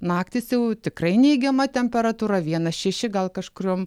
naktys jau tikrai neigiama temperatūra vienas šeši gal kažkuriom